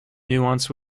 nuisance